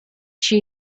she